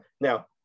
Now